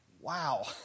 wow